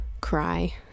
Cry